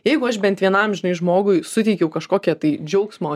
jeigu aš bent vienam žinai žmogui suteikiau kažkokią tai džiaugsmo